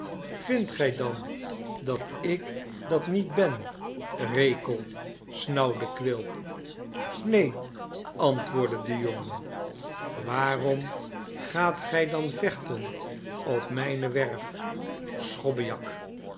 vindt gij dan dat ik dat niet ben rekel snauwde quilp neen antwoordde de jongen waarom gaat gij dan vechten op mijne werf